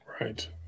right